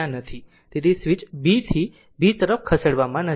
તેથી switch B થી B તરફ ખસેડવામાં નજીક છે